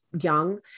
young